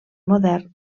modern